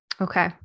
Okay